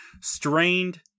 Strained